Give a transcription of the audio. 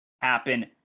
happen